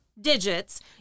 digits